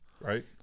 right